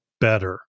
better